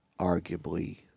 arguably